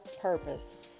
purpose